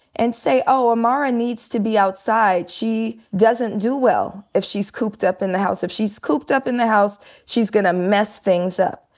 and say, oh, amara needs to be outside. she doesn't do well if she's cooped up in the house. if she's cooped up in the house she's gonna mess things up.